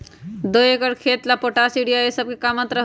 दो एकर खेत के ला पोटाश, यूरिया ये सब का मात्रा होई?